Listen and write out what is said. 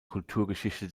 kulturgeschichte